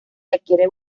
adquiere